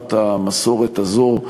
ושמירת המסורת הזאת,